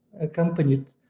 accompanied